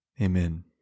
Amen